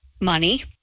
money